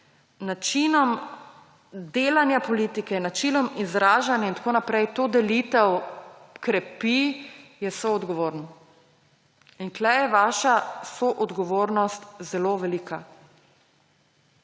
načinom delanja politike, načinom izražanja in tako naprej to delitev krepi, je soodgovoren. In tukaj je vaša soodgovornost zelo velika.